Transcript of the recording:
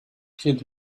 kid